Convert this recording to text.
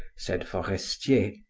said forestier,